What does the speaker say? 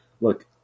Look